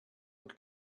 und